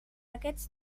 aquests